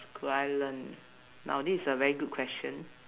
could I learn now this is a very good question